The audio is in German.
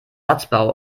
satzbau